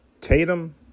Tatum